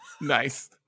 Nice